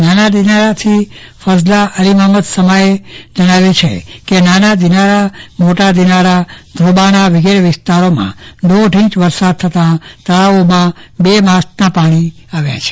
નાના દિનારાથી અલીમામદ સમાએ જણાવ્યું છે કે નાના દિનારા મોટા દિનારા ધ્રોબાણા વગેરે વિસ્તારોમાં દોઢ ઇંચ વરસાદ થતા તળાવોમાં બે માસના પાણી આવ્યા છે